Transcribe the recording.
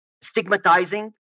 stigmatizing